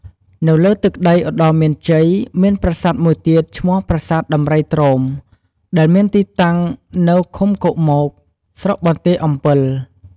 នៅលើទឹកដីឧត្តរមានជ័យ មានប្រាសាទមួយទៀតឈ្មោះ ប្រាសាទដំរីទ្រោម ដែលមានទីតាំងនៅ ឃុំគោកមក ស្រុកបន្ទាយអម្ពិល។